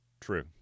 True